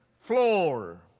floor